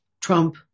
Trump